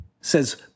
Says